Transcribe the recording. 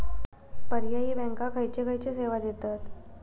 पर्यायी बँका खयचे खयचे सेवा देतत?